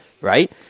right